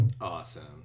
Awesome